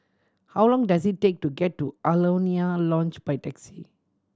how long does it take to get to Alaunia Lodge by taxi